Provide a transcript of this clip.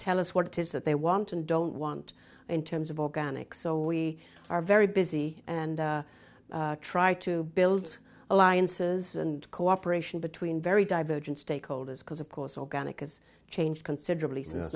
tell us what it is that they want and don't want in terms of organic so we are very busy and try to build alliances and cooperation between very divergent stakeholders because of course organic has changed considerably since